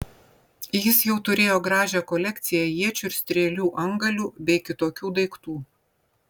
jis jau turėjo gražią kolekciją iečių ir strėlių antgalių bei kitokių daiktų